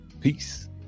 Peace